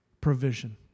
provision